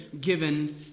given